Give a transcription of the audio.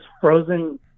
frozen